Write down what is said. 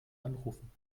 anrufen